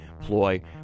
ploy